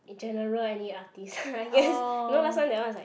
in general any artist I guess you know last time that is like